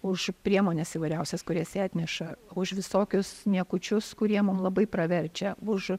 už priemones įvairiausias kurias jie atneša už visokius niekučius kurie mum labai praverčia už